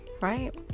right